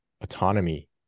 autonomy